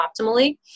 optimally